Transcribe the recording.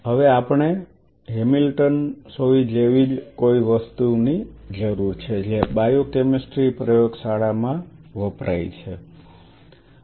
હવે આપણે હેમિલ્ટન સોય જેવી જ કોઈ વસ્તુની જરૂર છે જે બાયોકેમિસ્ટ્રી પ્રયોગશાળા માં વપરાય છે